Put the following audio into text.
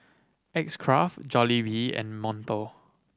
X Craft Jollibee and Monto